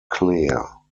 clear